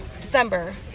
December